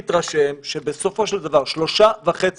אני מתכבד לפתוח את הדיון שעוסק במנגנון הערר של משרד הבריאות על איכוני